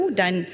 dan